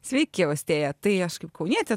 sveiki austėja tai aš kaip kaunietė